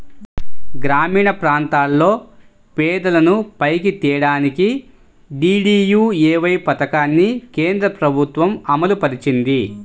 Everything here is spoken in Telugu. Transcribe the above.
గ్రామీణప్రాంతాల్లో పేదలను పైకి తేడానికి డీడీయూఏవై పథకాన్ని కేంద్రప్రభుత్వం అమలుపరిచింది